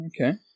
okay